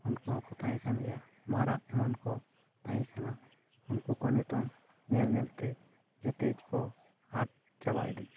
ᱩᱱᱠᱩ ᱦᱚᱸᱠᱚ ᱛᱟᱦᱮᱸ ᱠᱟᱱ ᱜᱮᱭᱟ ᱢᱟᱨᱟᱜ ᱮᱢᱟᱱ ᱠᱚ ᱛᱟᱦᱮᱸ ᱠᱟᱱᱟ ᱩᱱᱠᱩ ᱠᱚ ᱱᱤᱛᱚᱝ ᱧᱮᱞ ᱧᱮᱞ ᱛᱮ ᱡᱮᱛᱮ ᱜᱮᱠᱚ ᱟᱫ ᱪᱟᱵᱟ ᱤᱫᱤᱜ ᱠᱟᱱᱟ